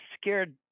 scared